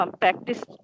practice